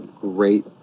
great